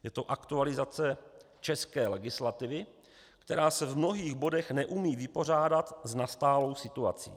Je to aktualizace české legislativy, která se v mnohých bodech neumí vypořádat s nastalou situací.